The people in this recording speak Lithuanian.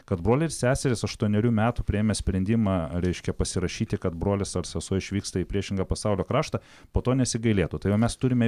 kad broliai ir seserys aštuonerių metų priėmę sprendimą reiškia pasirašyti kad brolis ar sesuo išvyksta į priešingą pasaulio kraštą po to nesigailėtų todėl mes turime